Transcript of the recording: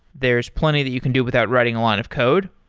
there's plenty that you can do without writing a lot of code,